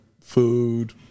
food